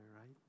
right